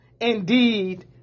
indeed